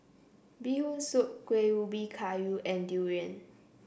Bee Hoon Soup Kuih Ubi Kayu and Durian